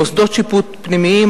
מוסדות שיפוט פנימיים,